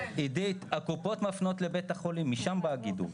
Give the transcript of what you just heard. אחר כך בניכוי הברוטו,